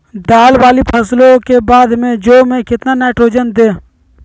दाल वाली फसलों के बाद में जौ में कितनी नाइट्रोजन दें?